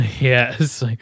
Yes